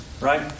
right